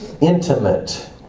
intimate